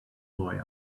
boy